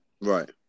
Right